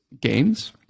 games